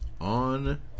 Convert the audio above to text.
on